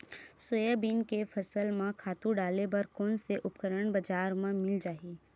Soybean के फसल म खातु डाले बर कोन से उपकरण बजार म मिल जाहि?